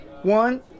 One